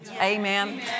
Amen